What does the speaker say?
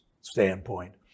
standpoint